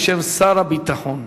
בשם שר הביטחון.